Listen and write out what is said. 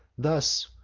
thus,